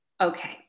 Okay